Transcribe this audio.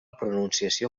pronunciació